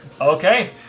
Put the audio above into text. Okay